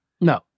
No